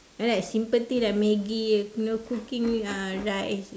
then like simple thing like Maggi you know cooking uh rice